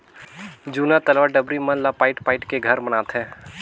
जूना तलवा डबरी मन ला पायट पायट के घर बनाथे